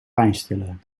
pijnstiller